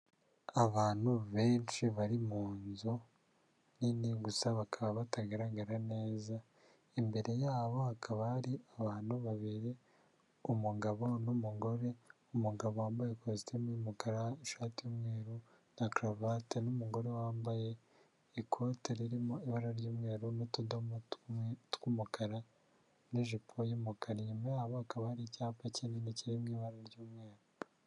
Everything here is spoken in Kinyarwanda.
Abantu benshi bari mu nzu nini gusa bakaba batagaragara neza, imbere yabo hakaba hari abantu babiri umugabo, n'umugore, umugabo wambaye ikositimu y'umukara, ishati y'umweru na karuvate, n'umugore wambaye ikote ririmo ibara ry'umweru n'utudomo tumwe tw'umukara, n'ijipo y'umukara, inyuma yabo hakaba hari icyapa kinini kirimo ibara ry'umweru.